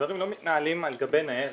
הדברים לא מתנהלים על גבי ניירת.